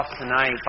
tonight